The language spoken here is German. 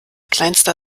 kleinster